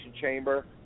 chamber